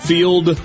Field